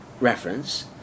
reference